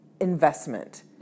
investment